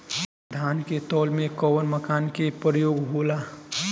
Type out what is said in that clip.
धान के तौल में कवन मानक के प्रयोग हो ला?